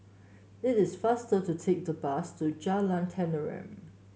it is faster to take the bus to Jalan Tenteram